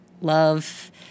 love